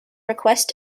request